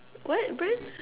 what brand